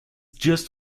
just